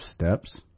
steps